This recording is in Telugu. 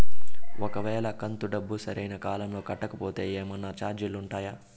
ఒక వేళ కంతు డబ్బు సరైన కాలంలో కట్టకపోతే ఏమన్నా చార్జీలు ఉండాయా?